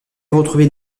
retrouvés